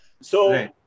So-